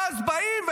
ואז באים,